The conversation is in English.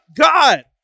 God